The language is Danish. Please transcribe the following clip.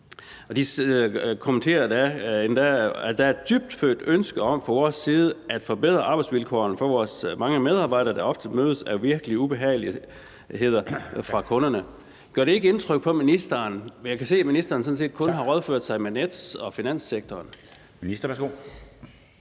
De udtaler endda: Der er et dybfølt ønske om fra vores side at forbedre arbejdsvilkårene for vores mange medarbejdere, der ofte mødes af virkelig ubehageligheder fra kunderne. Gør det ikke indtryk på ministeren? Jeg kan se, at ministeren sådan set kun har rådført sig med Nets og finanssektoren.